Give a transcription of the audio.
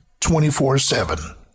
24-7